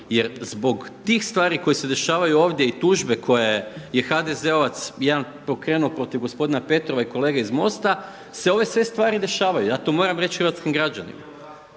jer zbog tih stvari koje se dešavaju ovdje i tužbe koje je HDZ-ovac jedan pokrenuo protiv gospodina Petrova i kolege iz MOST-a se ove sve stvari dešavaju. Ja to moram reći hrvatskim građanima.